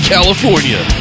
California